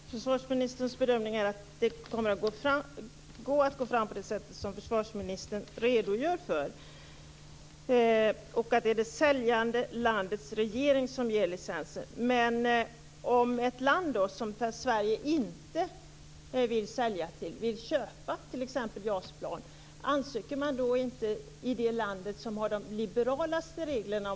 Fru talman! Försvarsministerns bedömning är att det är möjligt att gå fram på det sätt som han redogör för och att det är det säljande landets regering som ger licenser. Men anta att ett land som Sverige inte vill sälja till vill köpa t.ex. JAS-plan. Ansöker man då inte om att få köpa planen i det land som har de mest liberala reglerna?